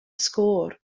sgôr